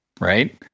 Right